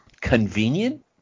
convenient